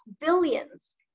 billions